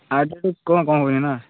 ଆଠୁ କମ୍ ହବନି ନା